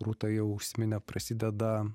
rūta jau užsiminė prasideda